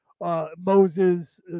Moses